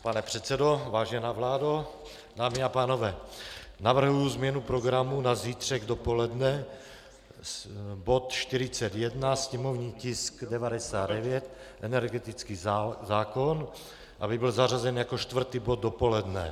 Pane předsedo, vážená vládo, dámy a pánové, navrhuji změnu programu na zítřek dopoledne, aby bod 41, sněmovní tisk 99, energetický zákon, byl zařazen jako čtvrtý bod dopoledne.